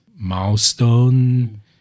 Milestone